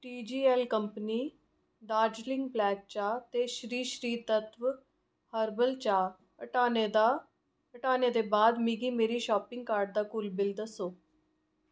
TGL company Darjeeling black चाह् ते Shri Shri Tattva herbal चाह् हटाने दा हटाने दे बाद मिगी मेरी शापिंग कार्ट दा कुल बिल्ल दस्सो